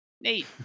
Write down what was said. Nate